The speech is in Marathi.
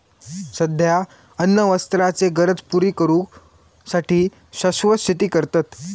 सध्या अन्न वस्त्राचे गरज पुरी करू साठी शाश्वत शेती करतत